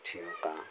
और पक्षियों का